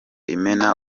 imena